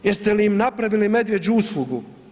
Jeste li im napravili medvjeđu uslugu?